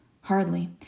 Hardly